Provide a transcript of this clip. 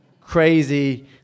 Crazy